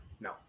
No